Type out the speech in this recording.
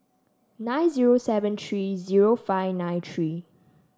nine zero seven three zero five nine three